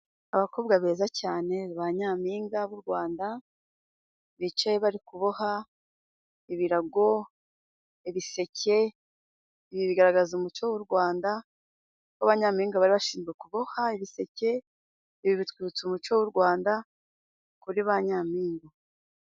Abakobwa beza cyane, ba nyampinga b'u Rwanda bicaye bari kuboha. Ibirago, ibiseke ibi bigaragaza umuco w'u Rwanda ko banyampinga bari bashinzwe, kuboha ibiseke ibi bitwibutsa umuco w'u Rwanda kuri ba nyampinga.